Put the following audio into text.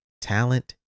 talent